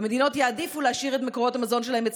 והמדינות יעדיפו להשאיר את מקורות המזון שלהן אצלן,